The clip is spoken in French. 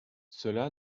cela